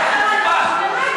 חתיכת חוצפן.